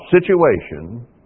situation